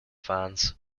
fans